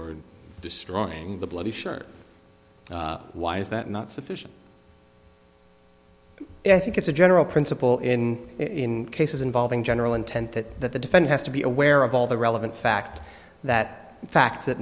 or destroying the bloody shirt why is that not sufficient i think it's a general principle in in cases involving general intent that that the defense has to be aware of all the relevant fact that